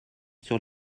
sur